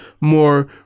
more